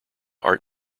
art